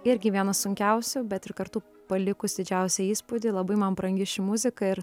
irgi vienas sunkiausių bet ir kartu palikus didžiausią įspūdį labai man brangi ši muzika ir